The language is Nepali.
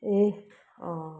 ए अँ